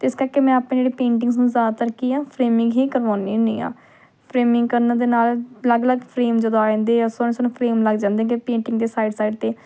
ਅਤੇ ਇਸ ਕਰਕੇ ਮੈਂ ਆਪਣੇ ਜਿਹੜੇ ਪੇਂਟਿੰਗਜ਼ ਨੂੰ ਜ਼ਿਆਦਾਤਰ ਕੀ ਆ ਫਰੇਮਿੰਗ ਹੀ ਕਰਵਾਉਂਦੀ ਹੁੰਦੀ ਹਾਂ ਫਰੇਮਿੰਗ ਕਰਨ ਦੇ ਨਾਲ ਅਲੱਗ ਅਲੱਗ ਫਰੇਮ ਜਦੋਂ ਆ ਜਾਂਦੇ ਆ ਸੋਹਣੇ ਸੋਹਣੇ ਫਰੇਮ ਲੱਗ ਜਾਂਦੇ ਹੈਗੇ ਪੇਟਿੰਗ ਦੇ ਸਾਈਡ ਸਾਈਡ 'ਤੇ